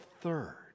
third